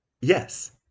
Yes